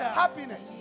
happiness